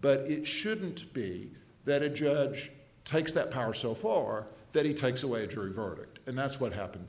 but it shouldn't be that a judge takes that power so far that he takes away a jury verdict and that's what happened